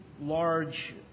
large